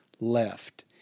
left